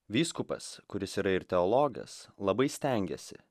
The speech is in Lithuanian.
vyskupas kuris yra ir teologas labai stengiasi